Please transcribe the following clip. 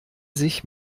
sich